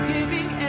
Giving